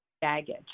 baggage